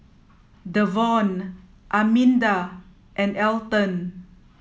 Devaughn Arminda and Elton